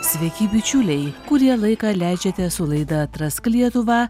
sveiki bičiuliai kurie laiką leidžiate su laida atrask lietuvą